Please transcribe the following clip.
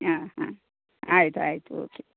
ಹಾಂ ಹಾಂ ಆಯ್ತು ಆಯ್ತು ಓಕೆ